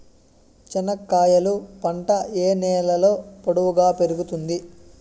చెనక్కాయలు పంట ఏ నేలలో పొడువుగా పెరుగుతుంది?